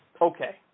Okay